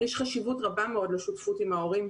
יש חשיבות רבה מאוד לשותפות עם ההורים,